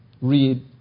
read